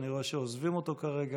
שאני רואה שעוזבים אותנו כרגע.